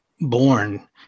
born